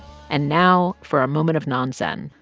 and now for a moment of non-zen.